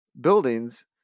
buildings